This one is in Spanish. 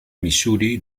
misuri